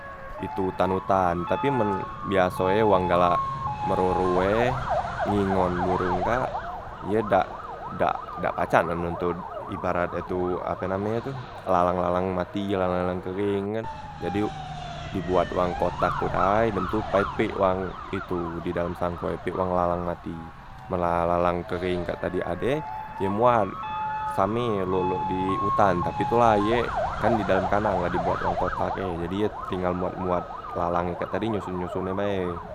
Itu tan- utan tapi men biaso e wong galak meroro e ngingon borong kak ye dak dak dak pacak nak nontot ibarat e tu ape name e tu ke lalang- lalang mati ke lalang- lalang kering kan, jadi dibuat